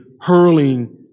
hurling